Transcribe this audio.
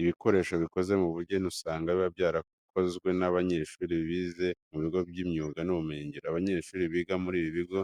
Ibikoresho bikoze mu bugeni usanga biba byarakozwe n'abanyeshuri bize mu bigo by'imyuga n'ubumenyingiro. Abanyeshuri biga muri ibi bigo